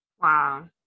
Wow